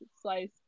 slice